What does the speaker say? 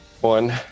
One